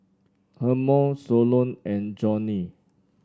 Hermon Solon and Johnny